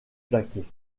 plaquer